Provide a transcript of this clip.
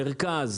מרכז.